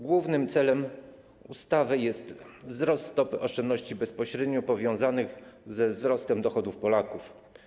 Głównym celem ustawy jest wzrost stopy oszczędności bezpośrednio powiązanych ze wzrostem dochodów Polaków.